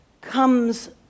comes